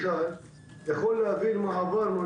יכול להבין מה עברנו.